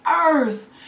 earth